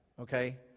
okay